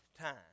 time